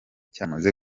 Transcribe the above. cyamaze